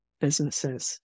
businesses